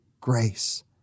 grace